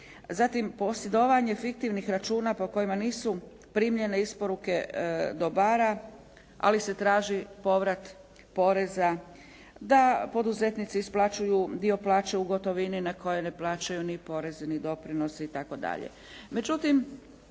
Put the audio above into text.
Zatim posjedovanje fiktivnih računa po kojima nisu primljene isporuke dobara ali se traži povrat poreza da poduzetnici isplaćuju dio plaće u gotovini na koje ne plaćaju ni porezne ni doprinose i